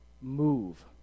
move